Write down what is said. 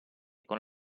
con